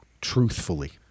truthfully